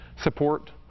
support